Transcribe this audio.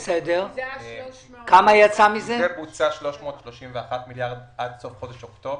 ומזה בוצעו 331 מיליארד עד סוף חודש אוקטובר.